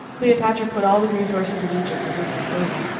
cleopatra put all the resources of egypt at his disposal.